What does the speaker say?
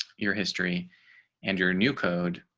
your history and your new code,